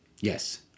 Yes